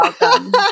welcome